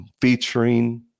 featuring